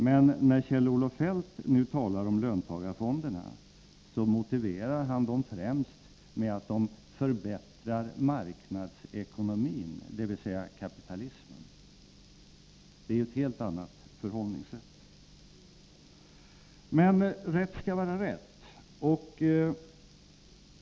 Men när Kjell-Olof Feldt nu talar om löntagarfonderna motiverar han dem främst med att de förbättrar marknadsekonomin, dvs. kapitalismen. Det är ju ett helt annat förhållningssätt. Men rätt skall vara rätt.